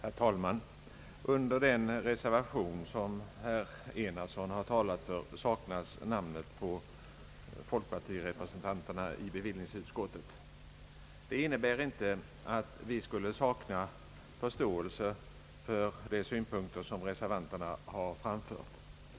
Herr talman! Under den reservation som herr Enarsson har talat för saknas namnen på folkpartiets representanter i bevillningsutskottet. Det innebär inte att vi skulle sakna förståelse för de synpunkter som reservanterna har framfört.